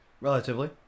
Relatively